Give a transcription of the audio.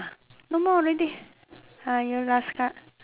no more already ah you last card